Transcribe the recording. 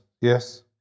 Yes